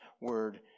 word